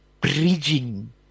bridging